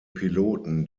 piloten